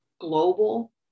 global